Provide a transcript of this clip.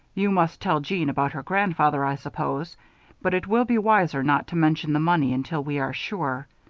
you must tell jeanne about her grandfather, i suppose but it will be wiser not to mention the money until we are sure.